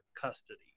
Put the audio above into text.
custody